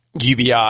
UBI